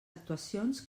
actuacions